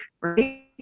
right